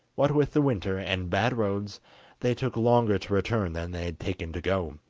what with the winter and bad roads they took longer to return than they had taken to go,